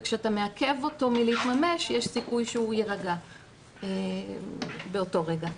וכשאתה מעכב אותו מלהתממש יש סיכוי שהוא יירגע באותו רגע.